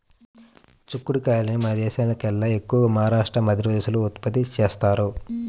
చిక్కుడు కాయల్ని మన దేశంలోకెల్లా ఎక్కువగా మహారాష్ట్ర, మధ్యప్రదేశ్ లో ఉత్పత్తి చేత్తారు